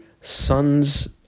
sons